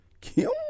Kim